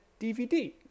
DVD